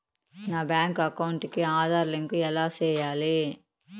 నా bank account కి Aadhaar link ఎలా సేయాలి